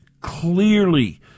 clearly